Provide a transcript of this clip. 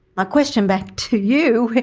my question back to you,